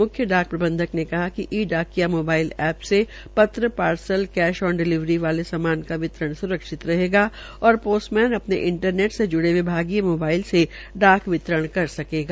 म्ख्य डाक प्रबंधक ने कहा कि ई डाकिया मोबाइल वाले ऐ में त्र ार्सल कैश डिलीवरी वाले सामान का वितरण स्रक्षित रहेगा और ोस्टमैन अ ने इंटरनेट से ज्ड़े विभागीय मोबाइल से डाक वितरण का सकेगा